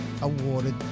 awarded